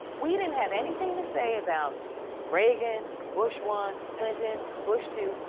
we didn't have anything to say about reagan, bush one, clinton, bush two,